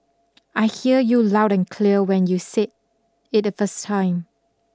I hear you loud and clear when you said it the first time